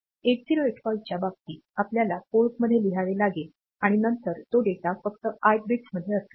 8085 च्या बाबतीत आपल्याला पोर्टमध्ये लिहावे लागेल आणि नंतर तो डेटा फक्त 8 बिटमध्ये असेल